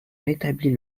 rétablit